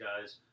guys